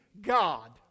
God